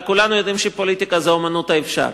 כולנו יודעים שפוליטיקה זה אמנות האפשר,